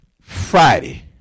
Friday